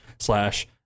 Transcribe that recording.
slash